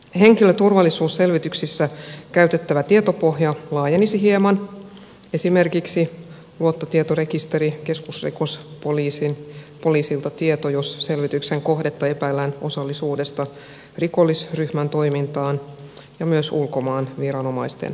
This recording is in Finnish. henkilöturvallisuusselvityksessä käytettävä tietopohja laajenisi hieman esimerkiksi luottotietorekisteriin ja tietoon keskusrikospoliisilta jos selvityksen kohdetta epäillään osallisuudesta rikollisryhmän toimintaan ja myös ulkomaan viranomaisten rekistereihin